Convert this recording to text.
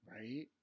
Right